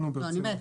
נו, ברצינות.